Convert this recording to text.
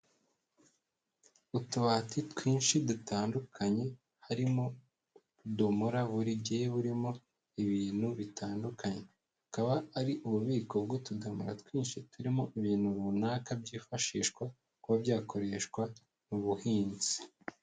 Utubati twinshi dutandukanye harimo ubudomora bugiye burimo ibintu bitandukanye, akaba ari ububiko bw'utudomora twinshi turimo ibintu runaka byifashishwa kuba byakoreshwa mu buhinzi.